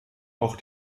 auch